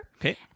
Okay